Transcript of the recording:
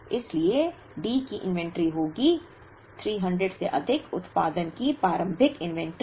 इसलिए D की inventory होगी 300 से अधिक उत्पादन की प्रारंभिक इन्वेंटरी